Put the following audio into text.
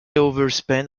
overspent